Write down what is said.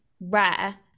rare